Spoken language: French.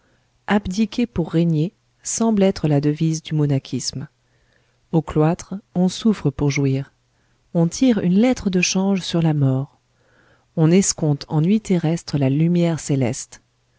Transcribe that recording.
abdiquer pour régner semble être la devise du monachisme au cloître on souffre pour jouir on tire une lettre de change sur la mort on escompte en nuit terrestre la lumière céleste